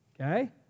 Okay